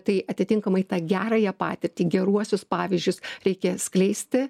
tai atitinkamai tą gerąją patirtį geruosius pavyzdžius reikia skleisti